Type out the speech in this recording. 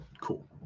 Cool